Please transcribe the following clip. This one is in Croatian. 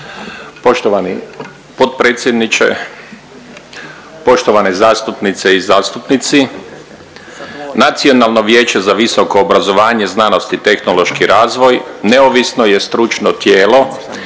Poštovani potpredsjedniče, poštovane zastupnice i zastupnici. Nacionalno vijeće za visoko obrazovanje, znanost i tehnološki razvoj neovisno je stručno tijelo